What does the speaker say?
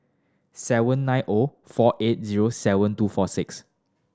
seven nine O four eight zero seven two four six